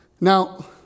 Now